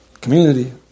community